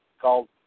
called